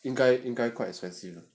因该因该 quite expensive